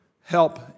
help